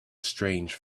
strange